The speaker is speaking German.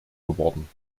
geworden